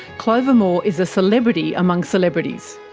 clover moore is a celebrity among celebrities.